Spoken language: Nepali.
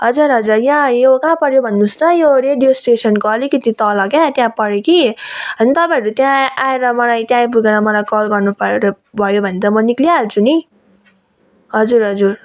हजुर हजुर यहाँ यो कहाँ पर्यो भन्नु होस् त यो रेडियो स्टेसनको अलिकति तल क्या त्यहाँ पर्यो कि होइन तपाईँहरू त्यहाँ आएर मलाई त्यहाँ आइपुगेर कल गर्नु प भयो भने त म निस्किहाल्छु नि हजुर हजुर